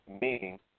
Meaning